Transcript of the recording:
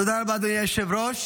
תודה רבה, אדוני היושב-ראש.